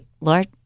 Lord